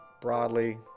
broadly